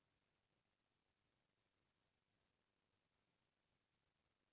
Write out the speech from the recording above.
मुसवा मन ह फसल के बीजा ल खा जाथे